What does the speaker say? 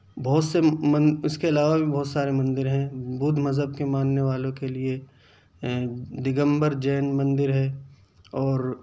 بہت سے اس کے علاوہ بھی بہت سارے مندر ہیں بودھ مذہب کے ماننے والوں کے لیے دگمبر جین مندر ہے اور